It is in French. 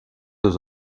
deux